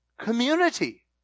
community